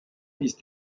ist